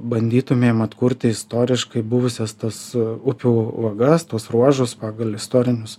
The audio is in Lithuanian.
bandytumėm atkurti istoriškai buvusias tas upių vagas tuos ruožus pagal istorinius